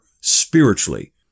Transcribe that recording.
spiritually